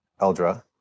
Eldra